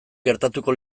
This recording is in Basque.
gertatuko